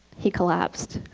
he collapsed.